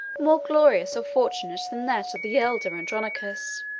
more glorious or fortunate than that of the elder, andronicus.